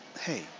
hey